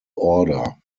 order